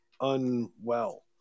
unwell